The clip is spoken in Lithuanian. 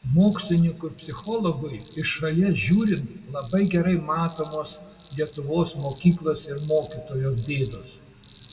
mokslininkui psichologui iš šalies žiūrint labai gerai matomos lietuvos mokyklos ir mokytojo bėdos